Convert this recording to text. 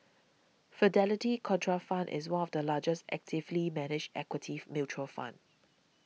Fidelity Contrafund is one of the largest actively managed equity mutual fund